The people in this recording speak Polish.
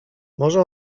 może